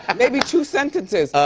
um maybe two sentences.